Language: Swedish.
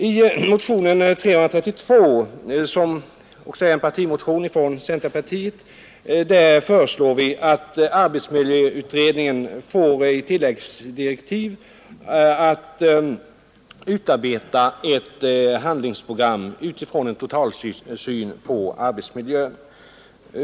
I motionen 332, som är en partimotion från centerpartiet, föreslår vi att arbetsmiljöutredningen får i tilläggsdirektiv uppdraget att utarbeta ett handlingsprogram med utgångspunkt i en totalsyn på arbetsmiljön.